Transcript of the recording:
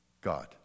God